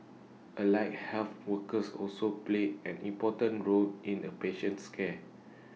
allied health workers also play an important role in A patient's care